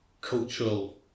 cultural